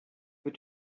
für